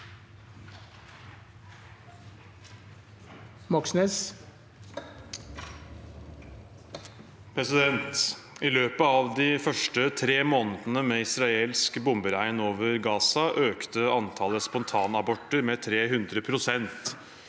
i Gaza: I løpet av de første tre månedene med israelsk bomberegn over Gaza økte antallet spontanaborter med 300 pst.